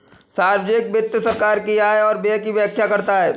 सार्वजिक वित्त सरकार की आय और व्यय की व्याख्या करता है